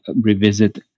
revisit